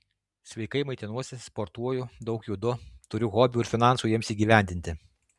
sveikai maitinuosi sportuoju daug judu turiu hobių ir finansų jiems įgyvendinti